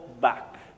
back